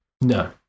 No